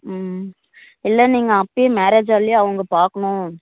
ம் இல்லை நீங்கள் அப்போயே மேரேஜ் ஹால்லையே அவங்க பார்க்கணும்